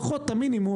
לפחות את המינימום,